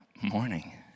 morning